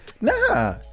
nah